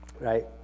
right